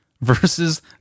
versus